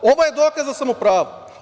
Ovo je dokaz da sam u pravu.